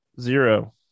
Zero